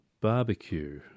Barbecue